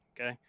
okay